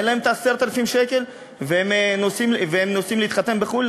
אין להם את 10,000 השקל, והם נוסעים להתחתן בחו"ל.